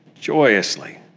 joyously